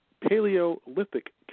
Paleolithic